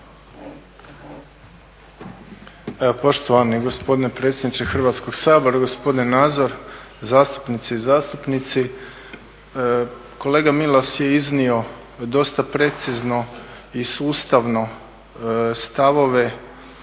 poštovani gospodine predsjedniče Hrvatskog sabora, gospodine Nazor, zastupnice i zastupnici kolega Milas je iznio dosta precizno i sustavno stavove